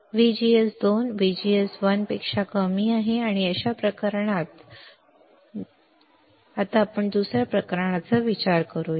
VGS 2 VGS 1 पेक्षा कमी आहे अशा दुसऱ्या प्रकरणाचा विचार करूया